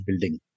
building